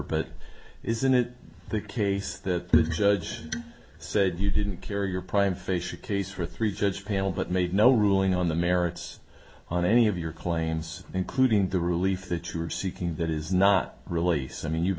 but isn't it the case that the judge said you didn't carry your prime facia case for a three judge panel but made no ruling on the merits on any of your claims including the relief that you were seeking that is not really so i mean you've